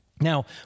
Now